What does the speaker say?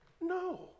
No